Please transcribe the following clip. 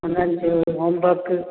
हुननि जो होमवक